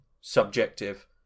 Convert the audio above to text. subjective